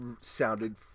sounded